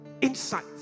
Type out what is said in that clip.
insight